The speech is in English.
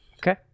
Okay